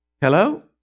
Hello